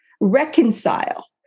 reconcile